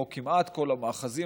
או כמעט כל המאחזים,